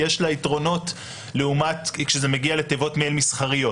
יש לה יתרונות לעומת כשזה מגיע לתיבות מייל מסחריות,